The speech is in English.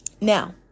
Now